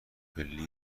پله